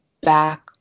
back